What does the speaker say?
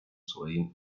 своим